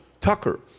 Tucker